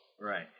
Right